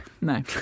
No